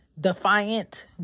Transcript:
defiant